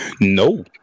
no